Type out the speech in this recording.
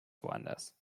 woanders